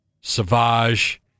Savage